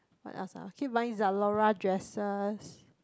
what else ah keep buying Zalora dresses